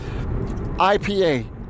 IPA